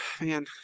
Man